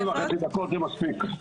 שתיים וחצי דקות זה מספיק,